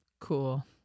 Cool